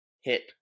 hit